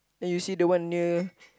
then you see the one near